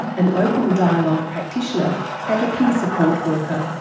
an open dialogue practitioner and a peer support worker.